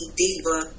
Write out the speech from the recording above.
diva